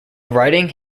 writing